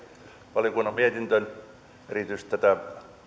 valiokunnan mietintöä erityisesti tätä